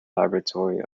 laboratory